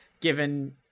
given